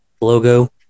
logo